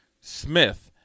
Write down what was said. Smith